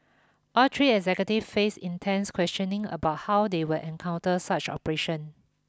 all three executives faced intense questioning about how they will encounter such operations